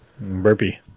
Burpee